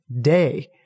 day